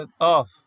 off